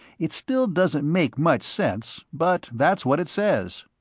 it still doesn't make much sense, but that's what it says.